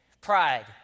Pride